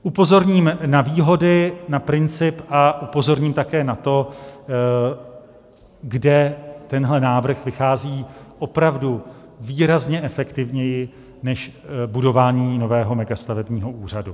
Upozorním na výhody, na princip a upozorním také na to, kde tenhle návrh vychází opravdu výrazně efektivněji než budování nového megastavebního úřadu.